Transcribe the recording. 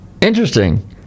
Interesting